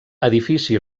edifici